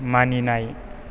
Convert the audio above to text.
मानिनाय